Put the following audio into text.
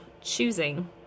choosing